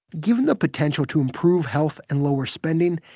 given the potential to improve health and lower spending,